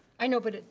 i know but,